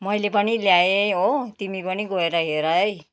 मैले पनि ल्याएँ हो तिमी पनि गएर हेर है